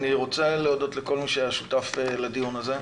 אני רוצה להודות לכל מי שהיה שותף לדיון הזה.